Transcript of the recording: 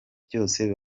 byose